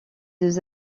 deux